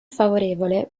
favorevole